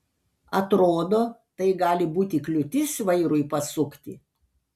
atrodo tai gali būti kliūtis vairui pasukti